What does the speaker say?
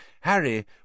Harry